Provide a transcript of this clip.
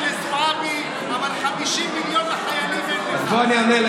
לזועבי אבל 50 מיליון לחיילים אין לך?